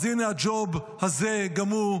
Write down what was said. אז הינה, הג'וב הזה גמור,